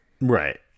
Right